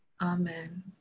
Amen